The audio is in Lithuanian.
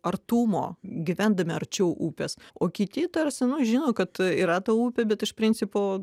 artumo gyvendami arčiau upės o kiti tarsi nu žino kad yra ta upė bet iš principo